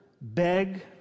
beg